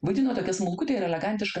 vadino tokia smulkutė ir elegantiška